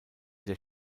der